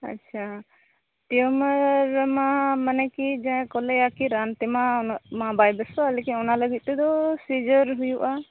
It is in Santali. ᱟᱪᱷᱟ ᱴᱤᱭᱩᱢᱟᱨ ᱢᱟ ᱢᱟᱱᱮ ᱠᱤ ᱡᱟᱦᱟᱸ ᱠᱚ ᱞᱟᱹᱭᱟ ᱨᱟᱱ ᱛᱮᱢᱟ ᱩᱱᱟᱹᱜ ᱢᱟ ᱵᱟᱭ ᱵᱮᱥᱚᱜ ᱞᱤᱠᱤᱱ ᱚᱱᱟ ᱞᱟᱹᱜᱤᱫ ᱛᱮ ᱫᱚ ᱥᱤᱡᱟᱨ ᱦᱩᱭᱩᱜᱼᱟ